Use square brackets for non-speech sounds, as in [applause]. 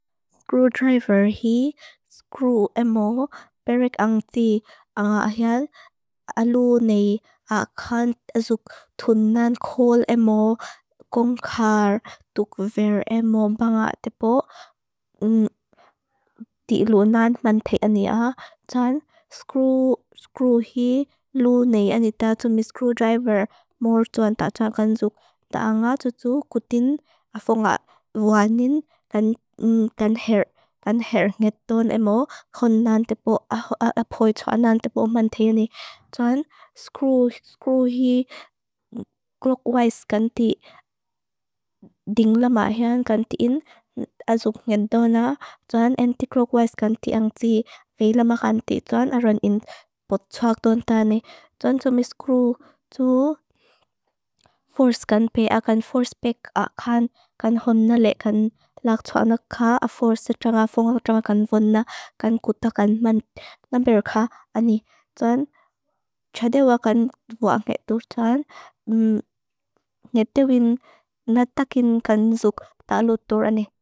Screwdriver hii, screw emo, perek ang si ang a a hian, a lua nei a kan azuk tunan kol emo, [hesitation] gong kar, tukver emo, ba nga tepo. [hesitation] Di lua nan manthei ania, jan, screw screw hii, lua nei anita, tumi screwdriver, mor juan tatra kanzuk, ta a nga tutu, kutin, a fong a wanin. Kan kan her, kan her, ngetun emo, kon nan tepo, a poi tsua nan tepo manthei ane, jan, screw screw hii, clockwise kan ti, [hesitation] ding la ma hian. Kan ti in, azuk nga dona, jan, anticlockwise kan ti ang ti, kay la ma kan ti, jan, aran in, potsoak dun ta ne, jan, tumi screw tu. [hesitation] Force kan pe, a kan force pek a kan, kan hon na le, kan laksoa na ka, a force tsa nga fong a tsa nga kan von na, kan kuta kan man. Naber ka, a ni, jan, tsa dewa kan wanget tu, jan, [hesitation] ngete win natakin kanzuk, ta lu turane.